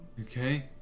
Okay